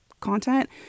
content